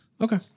Okay